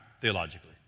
theologically